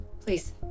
Please